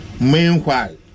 Meanwhile